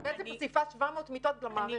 את בעצם מוסיפה 700 מיטות למערכת.